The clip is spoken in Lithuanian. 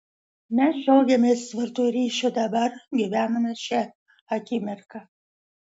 mes džiaugiamės tvirtu ryšiu dabar gyvename šia akimirka